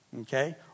Okay